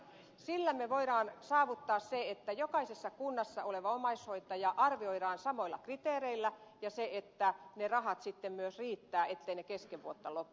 sillä me voimme saavuttaa sen että jokaisessa kunnassa omaishoitajat arvioidaan samoilla kriteereillä ja sen että ne rahat sitten myös riittävät etteivät ne kesken vuotta lopu